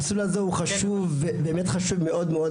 זה מסלול חשוב מאוד,